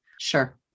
Sure